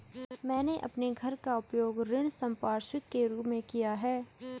मैंने अपने घर का उपयोग ऋण संपार्श्विक के रूप में किया है